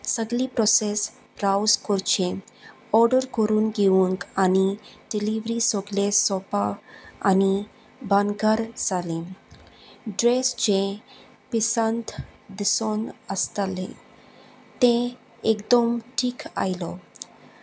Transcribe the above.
सगली प्रोसेस ब्रावस करचें ऑर्डर करून घेवंक आनी डिलिवरी सोगले सोपा आनी बानगार जालें ड्रेस जें पिसंत दिसोन आसताले तें एकदोम टीक आयलो